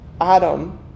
Adam